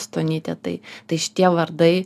stonytę tai tai šitie vardai